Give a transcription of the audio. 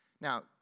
Now